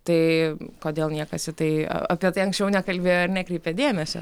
tai kodėl niekas į tai apie tai anksčiau nekalbėjo ir nekreipė dėmesio